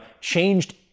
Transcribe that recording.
changed